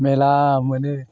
मेला मोनो